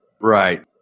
Right